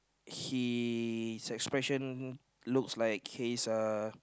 he's expression looks like he's uh